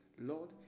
Lord